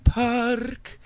park